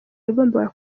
yagombaga